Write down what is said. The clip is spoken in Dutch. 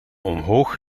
omhoog